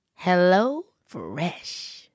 HelloFresh